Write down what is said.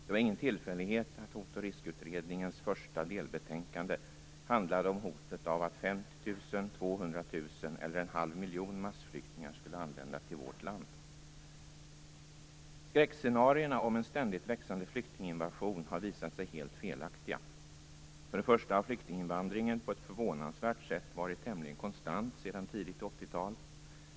Det var ingen tillfällighet att Hot och riskutredningens första delbetänkande handlade om hotet av att 50 000, 200 000 eller en halv miljon massflyktingar skulle anlända till vårt land. Skräckscenarierna om en ständigt växande flyktinginvasion har visat sig helt felaktiga. För det första har flyktinginvandringen på ett förvånansvärt sätt varit tämligen konstant sedan tidigt 80-tal.